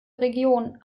region